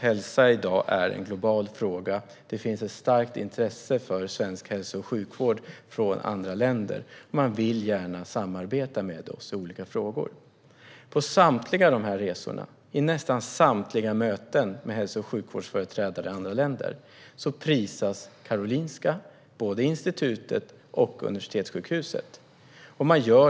Hälsa är i dag en global fråga, och det finns ett starkt intresse för svensk hälso och sjukvård från andra länder. Man vill gärna samarbeta med oss i olika frågor. På samtliga dessa resor och i nästan samtliga möten med hälso och sjukvårdsföreträdare i andra länder prisas Karolinska, både institutet och universitetssjukhuset.